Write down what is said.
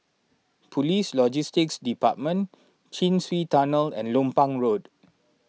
Police Logistics Department Chin Swee Tunnel and Lompang Road